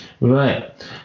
right